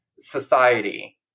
society